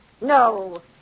No